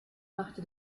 machte